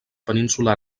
península